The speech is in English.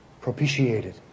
propitiated